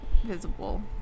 visible